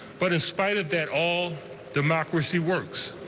but in spite of that, all democracy works.